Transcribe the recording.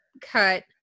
cut